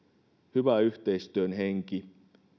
hyvä yhteistyön henki